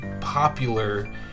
popular